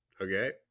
Okay